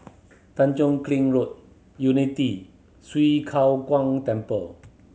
Tanjong Kling Road Unity Swee Kow Kuan Temple